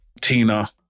Tina